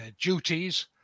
duties